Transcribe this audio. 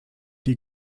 die